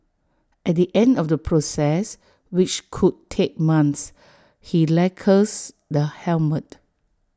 at the end of the process which could take months he lacquers the helmet